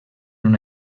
una